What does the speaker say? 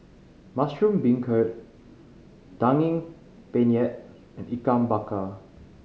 mushroom beancurd Daging Penyet and Ikan Bakar